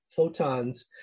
photons